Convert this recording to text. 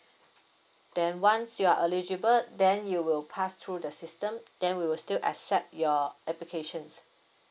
then once you are eligible then you will pass through the system then we will still accept your applications